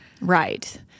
Right